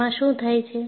એમાં શું થાય છે